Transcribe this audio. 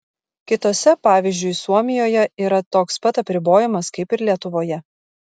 kitose pavyzdžiui suomijoje yra toks pat apribojimas kaip ir lietuvoje